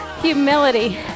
Humility